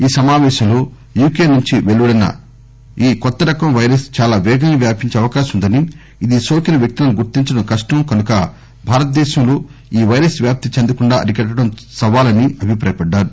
ఈ సమాపేశంలో యూకె నుంచి పెలువడిన ఈ కొత్త రకం పైరస్ చాలా పేగంగా వ్యాపించే అవకాశం ఉందని ఇది సోకిన వ్యక్తులను గుర్తించడం కష్టం కనుక భారతదేశంలో ఈ పైరస్ వ్యాప్తి చెందకుండా అరికట్టడం సవాలని అభిప్రాయపడ్డారు